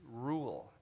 rule